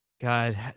God